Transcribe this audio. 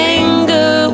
anger